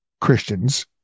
Christians